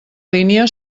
línia